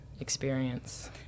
experience